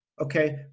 okay